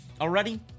already